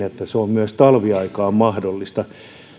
myös talviaikaan mahdollista